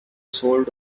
sold